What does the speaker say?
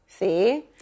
See